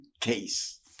case